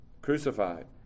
crucified